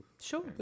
Sure